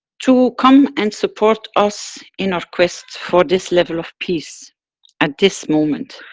to come and support us in our quest for this level of peace at this moment.